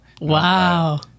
Wow